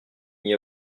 n’y